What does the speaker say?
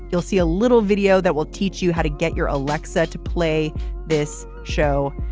you'll see a little video that will teach you how to get your alexa to play this show.